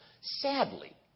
Sadly